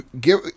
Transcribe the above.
Give